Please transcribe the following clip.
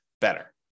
better